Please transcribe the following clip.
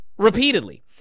Repeatedly